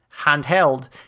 handheld